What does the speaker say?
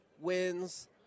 Wins